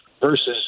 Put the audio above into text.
versus